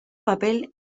papel